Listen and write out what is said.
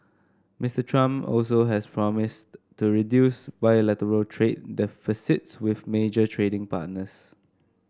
Mister Trump also has promised to reduce bilateral trade deficits with major trading partners